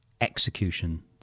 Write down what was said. execution